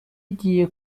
igiye